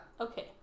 Okay